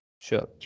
Sure